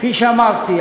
כפי שאמרתי,